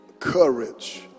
courage